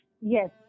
Yes